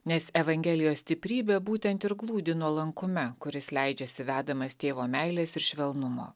nes evangelijos stiprybė būtent ir glūdi nuolankume kuris leidžiasi vedamas tėvo meilės ir švelnumo